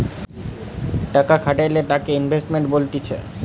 টাকা খাটাইলে তাকে ইনভেস্টমেন্ট বলতিছে